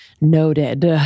Noted